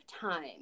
time